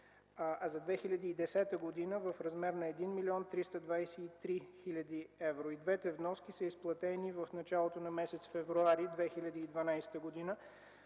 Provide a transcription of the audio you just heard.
а за 2010 г. е в размер на 1 млн. 323 хил. евро. И двете вноски са изплатени в началото на месец февруари 2012 г.